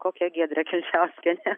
kokia giedrė kilčiauskienė